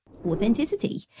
authenticity